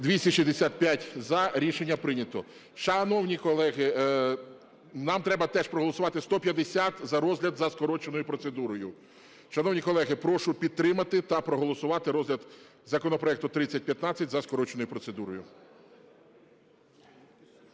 За-265 Рішення прийнято. Шановні колеги, нам треба теж проголосувати 150 за розгляд за скороченою процедурою. Шановні колеги, прошу підтримати та проголосувати розгляд законопроекту 3015 за скороченою процедурою.